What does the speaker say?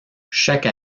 chaque